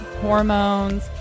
hormones